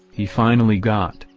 he finally got,